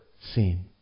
seen